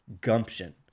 gumption